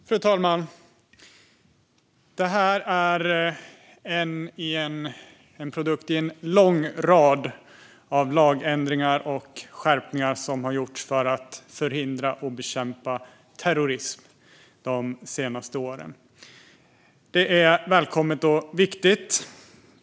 Fru talman! Detta är en produkt i en lång rad av lagändringar och skärpningar som har gjorts för att förhindra och bekämpa terrorism de senaste åren. Det är välkommet och viktigt.